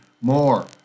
more